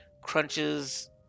Crunches